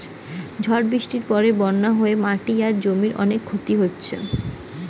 ঝড় বৃষ্টির পরে বন্যা হয়ে মাটি আর জমির অনেক ক্ষতি হইছে